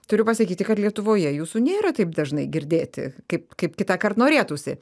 turiu pasakyti kad lietuvoje jūsų nėra taip dažnai girdėti kaip kaip kitąkart norėtųsi